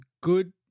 good